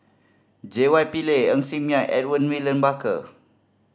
J Y Pillay Ng Ser Miang Edmund William Barker